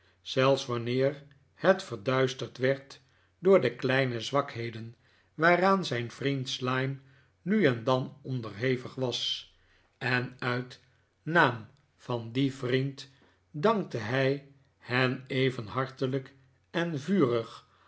zelfs wanneer het verduisterd werd door de kleine zwakheden waaraan zijn vriend slyme nu en dan onderhevig was en uit naam van dien vriend dankte hij hen even hartelijk en vurig